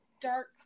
Dark